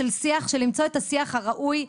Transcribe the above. -- למצוא את השיח הראוי.